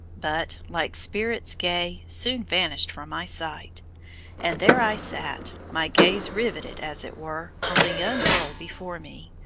but, like spirits gay, soon vanished from my sight and there i sat, my gaze riveted, as it were, on the young girl before me,